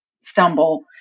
stumble